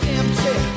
empty